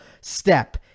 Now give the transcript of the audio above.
step